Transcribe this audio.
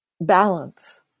balance